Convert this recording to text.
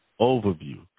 overview